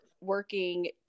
working